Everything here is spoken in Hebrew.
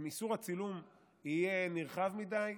אם איסור הצילום יהיה נרחב מדי,